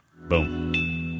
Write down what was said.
Boom